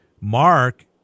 Mark